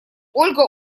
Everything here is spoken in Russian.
ольга